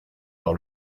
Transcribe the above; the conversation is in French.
par